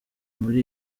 muri